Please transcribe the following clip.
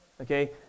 Okay